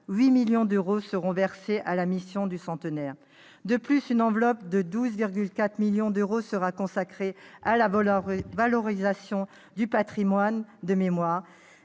8 millions d'euros seront versés à la Mission du centenaire. De plus, une enveloppe de 12,4 millions d'euros sera consacrée à la valorisation du patrimoine de mémoire,